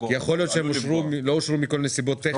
כי יכול להיות שהם לא אושרו מכל מיני סיבות טכניות.